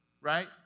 Right